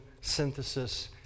synthesis